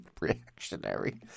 Reactionary